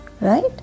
right